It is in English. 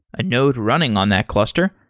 a node running on that cluster,